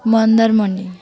Mandarmani